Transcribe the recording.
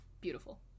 Beautiful